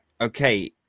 okay